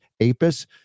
Apis